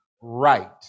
right